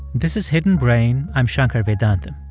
this is hidden brain. i'm shankar vedantam.